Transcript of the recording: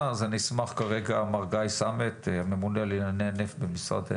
מר גיא סמט, ממונה על ענייני הנפט במשרד האנרגיה,